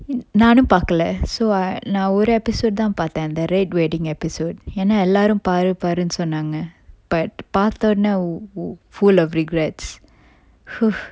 நானும் பாக்கல:nanum pakkala so I நா ஒரு:na oru episode தான் பாத்தன் அந்த:than pathan antha the red wedding episode ஏன்னா எல்லாரும் பாரு பாருனு சொன்னாங்க:eanna ellarum paru parunu sonnanga but பாத்தோனே:pathone oh oh full of regrets